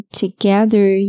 together